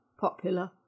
popular